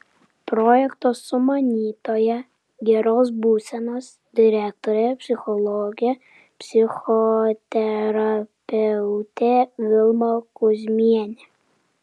projekto sumanytoja geros būsenos direktorė psichologė psichoterapeutė vilma kuzmienė